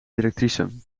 directrice